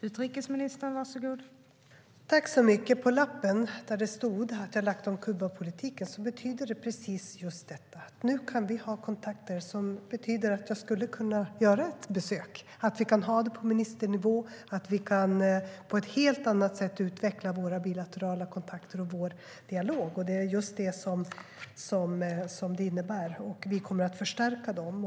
Fru talman! Det som stod på lappen, att jag har lagt om Kubapolitiken betyder precis just detta, att vi nu kan ha kontakter som innebär att jag skulle kunna göra ett besök, att vi kan ha det ministernivå, och på ett helt annat sätt kan utveckla våra bilaterala kontakter och vår dialog. Det är just det som det innebär. Vi kommer att förstärka våra kontakter.